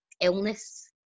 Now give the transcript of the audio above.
illness